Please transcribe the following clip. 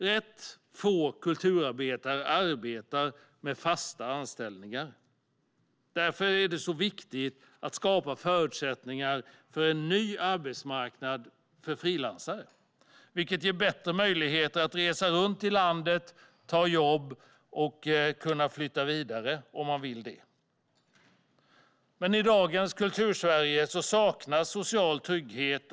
Rätt få kulturarbetare har fasta anställningar. Därför är det viktigt att skapa förutsättningar för en ny arbetsmarknad för frilansare, vilket ger bättre möjligheter att resa runt i landet, ta jobb och flytta vidare om man vill det. Men i dagens Kultursverige saknas social trygghet.